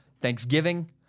Thanksgiving